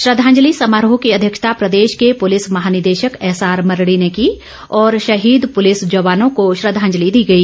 श्रद्वांजलि समरोह की अध्यक्षता प्रदेश के पुलिस महानिदेशक एस आर मरड़ी ने की और शहीद पुलिस जवानों को श्रद्धांजलि दी गई